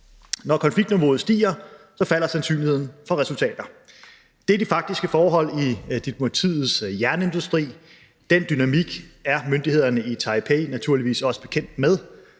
Når konfliktniveauet stiger, falder sandsynligheden for resultater. Det er de faktiske forhold i diplomatiets jernindustri. Den dynamik er myndighederne i Taipei naturligvis også bekendt med,